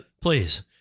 Please